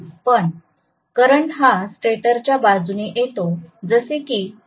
पण करंट हा स्टेटरच्या बाजूने येतो जसे की ट्रांसफार्मरच्या क्रियेमध्ये होते